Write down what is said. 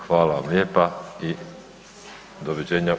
Hvala vam lijepa i doviđenja.